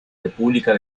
república